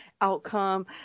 outcome